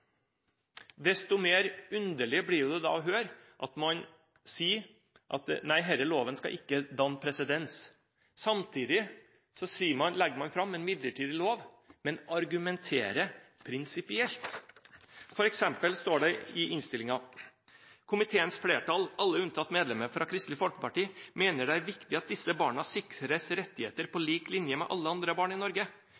Desto mer underlig blir det da å høre at man sier at nei, denne loven skal ikke danne presedens. Samtidig som man legger fram en midlertidig lov, argumenterer man prinsipielt. For eksempel står det i innstillingen: «Komiteens flertall, alle unntatt medlemmet fra Kristelig Folkeparti, mener det er viktig at disse barna sikres rettigheter på